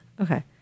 Okay